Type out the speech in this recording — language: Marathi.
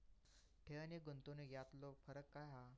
ठेव आनी गुंतवणूक यातलो फरक काय हा?